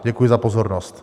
Děkuji za pozornost.